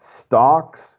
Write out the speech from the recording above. stocks